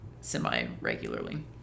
semi-regularly